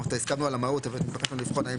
הסכמנו על המהות אבל נתבקשנו לבחון האם